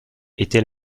était